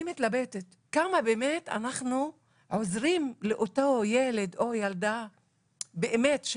אני מתלבטת כמה באמת אנחנו עוזרים לאותו ילד או ילדה שמכניסים